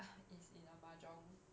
it's in a mahjong